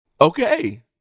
Okay